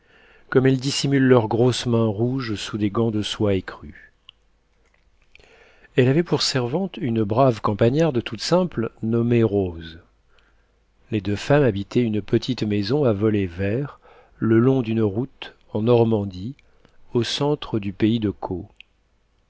comme elles dissimulent leurs grosses mains rouges sous des gants de soie écrue elle avait pour servante une brave campagnarde toute simple nommée rose les deux femmes habitaient une petite maison à volets verts le long d'une route en normandie au centre du pays de caux